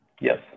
Yes